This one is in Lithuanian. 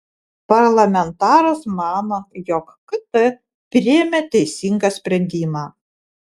parlamentaras mano jog kt priėmė teisingą sprendimą